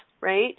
right